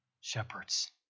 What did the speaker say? shepherds